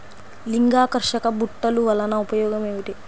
లింగాకర్షక బుట్టలు వలన ఉపయోగం ఏమిటి?